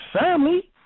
family